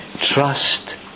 trust